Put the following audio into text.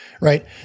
right